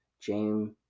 James